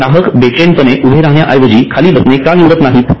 ग्राहक बैचैनपणे उभे राहण्याऐवजी खाली बसणे का निवडत नाहीत